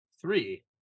three